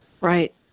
Right